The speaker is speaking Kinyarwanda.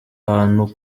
kandi